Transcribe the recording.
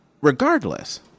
regardless